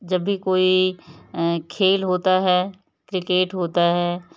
जब भी कोई खेल होता है क्रिकेट होता है